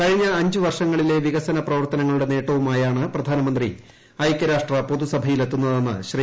കഴിഞ്ഞ അഞ്ചു വർഷങ്ങളിലെ വികസന പ്രവർത്തനങ്ങളുടെ നേട്ടവുമായാണ് പ്രധാനമന്ത്രി ഐക്യരാഷ്ട്ര പൊതുസഭയിൽ എത്തുന്നതെന്ന് ശ്രീ